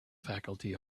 faculty